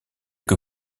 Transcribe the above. que